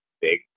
big